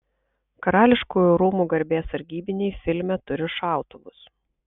karališkųjų rūmų garbės sargybiniai filme turi šautuvus